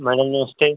madam नमस्ते